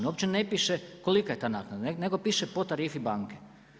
Uopće ne piše kolika je ta naknada, nego piše po tarifi banke.